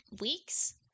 weeks